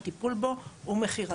הטיפול בו ומכירתו.